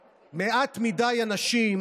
חמור יותר מאשר